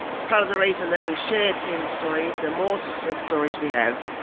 it's part of the reason that we share tim's story, the more success stories we have,